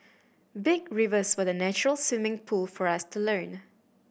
big rivers were the natural swimming pool for us to learn